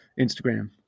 Instagram